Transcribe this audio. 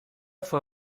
foi